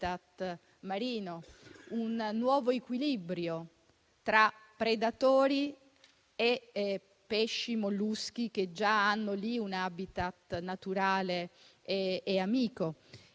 un nuovo equilibrio tra predatori, pesci e molluschi che già hanno lì un *habitat* naturale e amico.